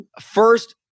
First